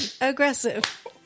aggressive